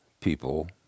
people